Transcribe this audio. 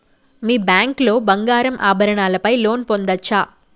మీ bank లో బంగారు ఆభరణాల పై లోన్ పొందచ్చా?